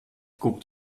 guckt